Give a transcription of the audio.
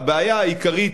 הבעיה העיקרית,